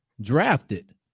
drafted